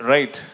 Right